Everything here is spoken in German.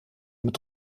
mit